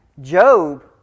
Job